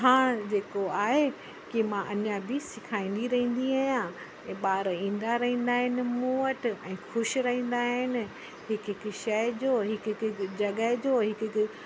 हाण जेको आहे की मां अञा बि सेखारींदी रहंदी आहियां ऐं ॿार ईंदा रहंदा आहिनि मूं वटि ऐं ख़ुशि रहंदा आहिनि हिकु हिकु शइ जो हिकु हिकु जॻह जो हिकु हिकु